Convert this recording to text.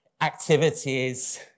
activities